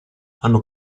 hanno